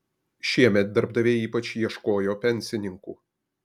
šiemet darbdaviai ypač ieškojo pensininkų